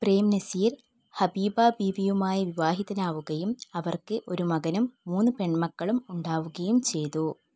പ്രേം നസീർ ഹബീബാബീവിയുമായി വിവാഹിതനാവുകയും അവർക്ക് ഒരു മകനും മൂന്ന് പെൺമക്കളും ഉണ്ടാവുകയും ചെയ്തു